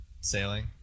sailing